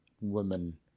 women